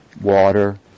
water